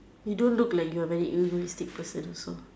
you don't look like you're very luminous person also